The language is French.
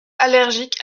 allergique